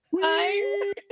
Hi